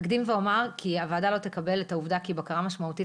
אקדים ואומר כי הוועדה לא תקבל את העובדה כי בקרה משמעותית